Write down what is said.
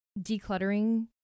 decluttering